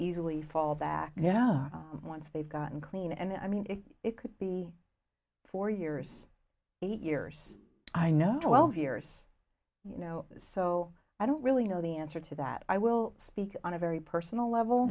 easily fall back you know once they've gotten clean and i mean it could be four years eight years i know twelve years you know so i don't really know the answer to that i will speak on a very personal level